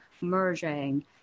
merging